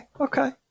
Okay